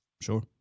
Sure